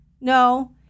No